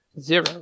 Zero